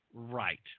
Right